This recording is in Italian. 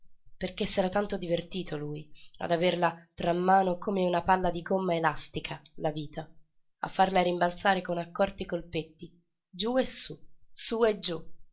perché s'era tanto divertito lui ad averla tra mano come una palla di gomma elastica la vita a farla rimbalzare con accorti colpetti giú e sú sú e giú